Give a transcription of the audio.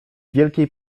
wielkiej